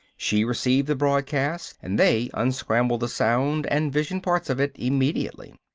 she received the broadcast and they unscrambled the sound and vision parts of it immediately.